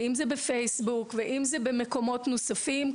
בפייסבוק או במקומות נוספים,